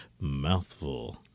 Mouthful